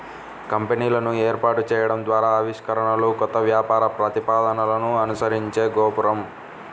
కంపెనీలను ఏర్పాటు చేయడం ద్వారా ఆవిష్కరణలు, కొత్త వ్యాపార ప్రతిపాదనలను అనుసరించే గోపురం